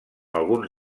alguns